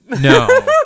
no